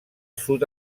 sud